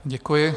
Děkuji.